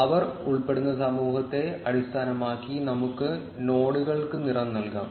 അവർ ഉൾപ്പെടുന്ന സമൂഹത്തെ അടിസ്ഥാനമാക്കി നമുക്ക് നോഡുകൾക്ക് നിറം നൽകാം